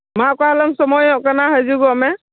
ᱢᱟ ᱚᱠᱟ ᱦᱤᱞᱳᱜ ᱮᱢ ᱥᱚᱢᱚᱭᱚᱜ ᱠᱟᱱᱟ ᱦᱤᱡᱩᱜᱚᱜ ᱢᱮ